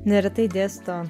neretai dėsto